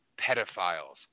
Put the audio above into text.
pedophiles